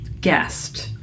guest